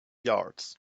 yards